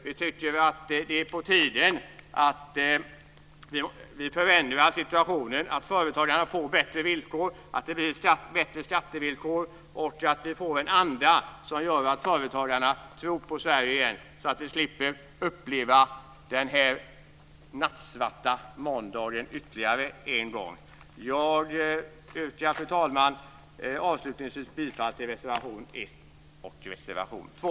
Vi tycker att det är på tiden att situationen förändras, att företagare får bättre villkor, att det blir bättre skattevillkor och att vi får en anda som gör att företagarna tror på Sverige, så att vi slipper uppleva denna nattsvarta måndag ytterligare en gång. Jag yrkar, fru talman, avslutningsvis bifall till reservation 1 och reservation 2.